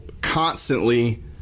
constantly